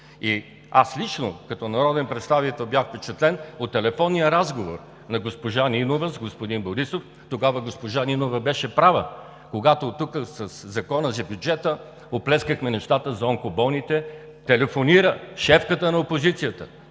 Аз лично, като народен представител, бях впечатлен от телефонния разговор на госпожа Нинова с господин Борисов. Тогава госпожа Нинова беше права – когато тук със Закона за бюджета оплескахме нещата за онкоболните. Телефонира шефката на опозицията